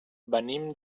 venim